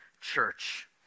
church